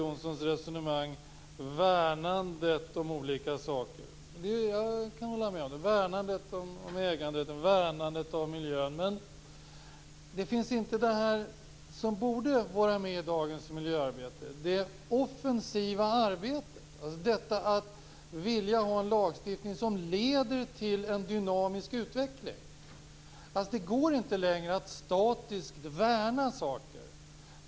Hela tiden återkommer värnandet om olika saker i Göte Jonssons resonemang. Jag kan hålla med om att vi skall värna äganderätten och miljön. Men det som borde vara med i dagens miljöarbete finns inte med, nämligen det offensiva arbetet. Det handlar om att vilja ha en lagstiftning som leder till en dynamisk utveckling. Det går inte längre att statiskt värna saker.